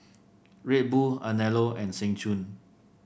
Red Bull Anello and Seng Choon